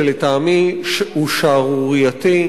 שלטעמי הוא שערורייתי,